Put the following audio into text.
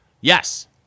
Yes